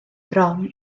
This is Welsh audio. drom